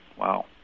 Wow